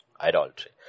Idolatry